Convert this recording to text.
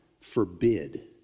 forbid